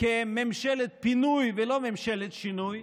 כממשלת פינוי ולא ממשלת שינוי,